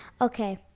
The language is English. Okay